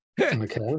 okay